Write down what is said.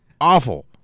awful